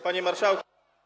Panie marszałku.